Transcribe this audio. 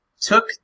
Took